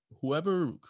whoever